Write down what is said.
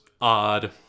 odd